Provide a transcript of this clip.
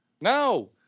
No